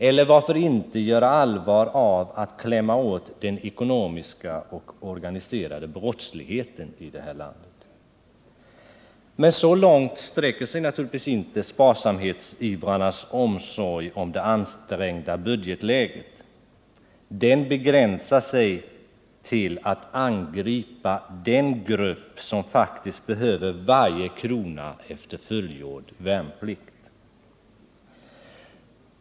Eller varför inte göra allvar av att klämma åt den ekonomiska och organiserade brottsligheten i det här landet? Men så långt sträcker sig naturligtvis inte sparsamhetsivrarnas omsorg om det ansträngda budgetläget. Den begränsar sig till att angripa den grupp som faktiskt behöver varje krona efter fullgjord värnplikt.